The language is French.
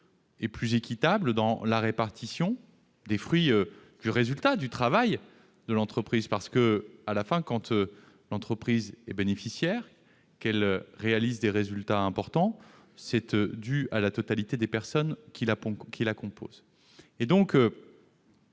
et plus équitable de répartition des fruits du résultat de l'entreprise. À la fin, quand l'entreprise est bénéficiaire, qu'elle a des résultats importants, c'est grâce à la totalité des personnes qui la composent. Nous